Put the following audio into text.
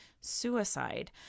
suicide